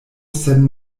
sen